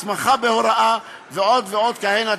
הסמכה להוראה, ועוד ועוד כהנה דברים.